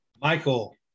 Michael